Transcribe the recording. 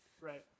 Right